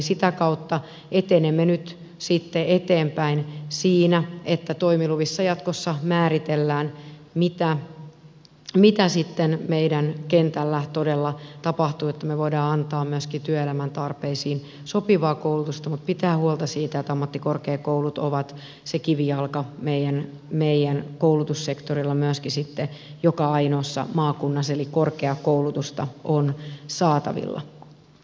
sitä kautta etenemme nyt sitten eteenpäin siinä että toimiluvissa jatkossa määritellään mitä meidän kentällä todella tapahtuu että me voimme antaa myöskin työelämän tarpeisiin sopivaa koulutusta mutta pitää huolta siitä että ammattikorkeakoulut ovat se kivijalka meidän koulutussektorilla myöskin joka ainoassa maakunnassa eli korkeakoulutusta on saatavilla